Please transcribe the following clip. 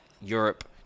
Europe